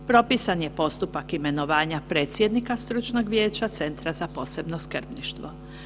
Propisan je postupak imenovanja predsjednika Stručnog vijeća Centra za posebno skrbništvo.